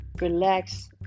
relax